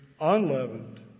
unleavened